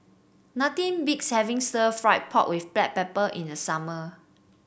nothing beats having Stir Fried Pork with Black Pepper in the summer